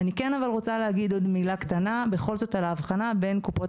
אני כן רוצה להגיד מילה קטנה על האבחנה בין קופות